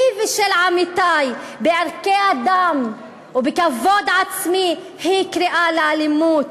ושל עמיתי בערכי אדם ובכבוד עצמי היא קריאה לאלימות.